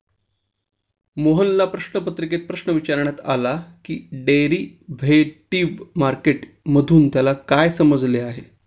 मोहनला प्रश्नपत्रिकेत प्रश्न विचारण्यात आला की डेरिव्हेटिव्ह मार्केट मधून त्याला काय समजले आहे?